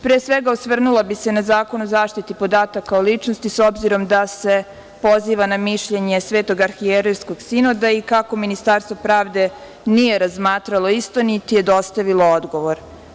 Pre svega, osvrnula bih se na Zakon o zaštiti podataka o ličnosti, s obzirom da se poziva na mišljenje Svetog Arhijerejskog Sinoda i kako Ministarstvo pravde nije razmatralo isto, niti je dostavilo odgovor.